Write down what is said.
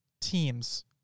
teams